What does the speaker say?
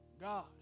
God